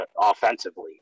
offensively